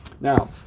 Now